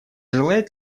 желает